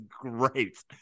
great